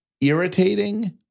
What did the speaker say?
irritating